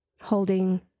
holding